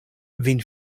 vin